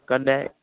कन्नै